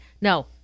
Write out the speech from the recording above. No